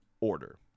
order